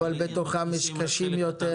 אבל בתוכם יש קשים יותר.